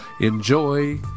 Enjoy